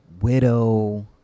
Widow